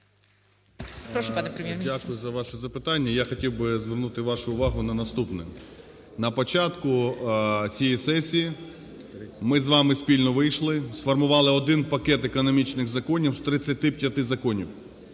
Дякую за ваше запитання. Я хотів би звернути вашу увагу на наступне. На початку цієї сесії ми з вами спільно вийшли, сформували один пакет економічних законів з 35 законів,